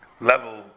level